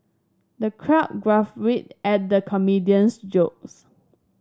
the crowd guffawed at the comedian's jokes